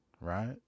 right